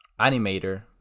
Animator